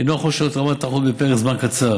אינו יכול לשנות את רמת התחרות בפרק זמן קצר.